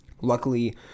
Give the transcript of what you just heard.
Luckily